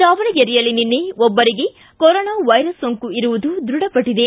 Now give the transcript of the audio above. ದಾವಣಗೆರೆಯಲ್ಲಿ ನಿನ್ನೆ ಒಬ್ಬರಿಗೆ ಕೊರೋನಾ ವೈರಸ್ ಸೋಂಕು ಇರುವುದು ದೃಢಪಟ್ಟದೆ